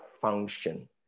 function